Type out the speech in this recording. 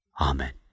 Amen